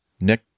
Nick